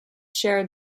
shared